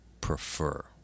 prefer